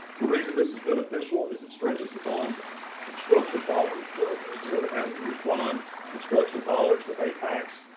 the reason this is beneficial is it stretches the bond construction dollars further instead of having to use bond construction dollars to pay tax.